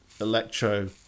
Electro